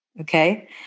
okay